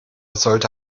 sollte